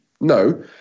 No